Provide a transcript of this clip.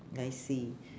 I see